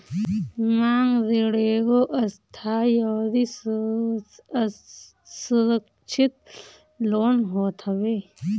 मांग ऋण एगो अस्थाई अउरी असुरक्षित लोन होत हवे